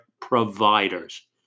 providers